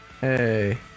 Hey